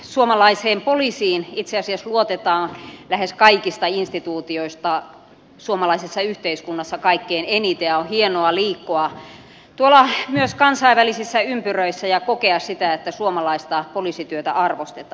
suomalaiseen poliisiin itse asiassa luotetaan lähes kaikista instituutioista suomalaisessa yhteiskunnassa kaikkein eniten ja on hienoa liikkua tuolla myös kansainvälisissä ympyröissä ja kokea sitä että suomalaista poliisityötä arvostetaan